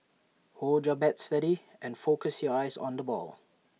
hold your bat steady and focus your eyes on the ball